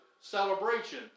celebration